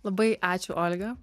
labai ačiū olga